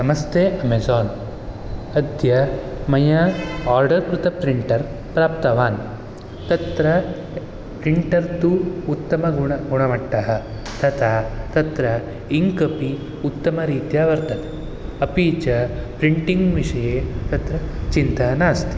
नमस्ते अमेजान् अद्य मया आर्डर् कृत प्रिण्टर् प्राप्तवान् तत्र प्रिण्टर् तु उत् उत्तमगुणमट्टः तथा तत्र इङ्क् अपि उत्तमरीत्या वर्तते अपि च प्रिण्टिङ्ग् विषये तत्र चिन्ता नास्ति